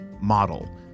model